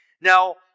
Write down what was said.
Now